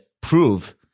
prove